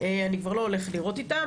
אני כבר לא הולך לירות איתו,